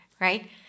right